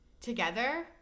together